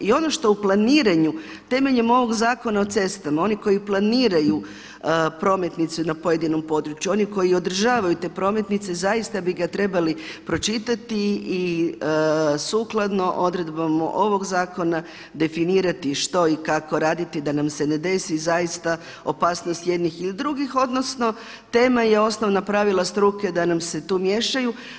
I ono što u planiranju temeljem ovog Zakona o cestama oni koji planiraju prometnicu na pojedinom području, oni koji održavaju te prometnice zaista bi ga trebali pročitati i sukladno odredbama ovoga zakona definirati što i kako raditi da nam se ne desi zaista opasnost jednih ili drugih, odnosno tema je osnovna pravila struke da nam se tu miješaju.